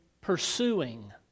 pursuing